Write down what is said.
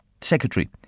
Secretary